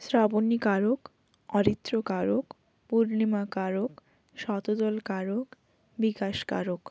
শ্রাবণী কারক অরিত্র কারক পূর্ণিমা কারক শতদল কারক বিকাশ কারক